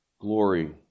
glory